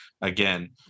again